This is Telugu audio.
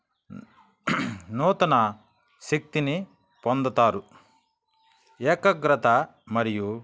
నూతన శక్తిని పొందుతారు ఏకాగ్రత మరియు